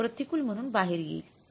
प्रतिकूल म्हणून बाहेर येईल